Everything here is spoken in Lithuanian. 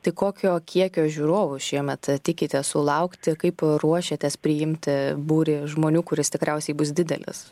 tai kokio kiekio žiūrovų šiemet tikitės sulaukti kaip ruošiatės priimti būrį žmonių kuris tikriausiai bus didelis